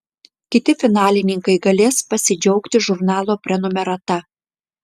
kiti finalininkai galės pasidžiaugti žurnalo prenumerata